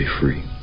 free